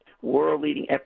world-leading